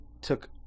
took